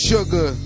Sugar